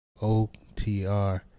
OTR